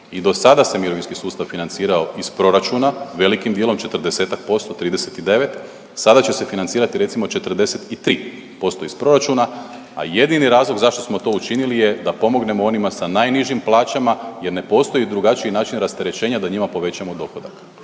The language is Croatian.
I do sada se mirovinski sustav financirao iz proračuna velikim dijelom, 40-tak posto, 39. Sada će se financirati recimo 43% iz proračuna, a jedini razlog zašto smo to učinili je da pomognemo onima sa najnižim plaćama, jer ne postoji drugačiji način rasterećenja da njima povećamo dohodak.